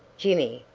jimmy,